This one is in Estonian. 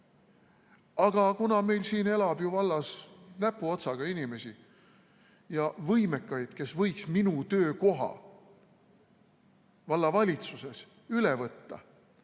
Aga kuna meil siin elab vallas näpuotsaga inimesi ja võimekaid, kes võiks minu töökoha vallavalitsuses üle võtta,